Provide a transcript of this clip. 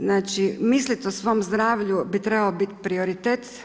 Znači, mislit o svom zdravlju bi trebao biti prioritet.